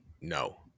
No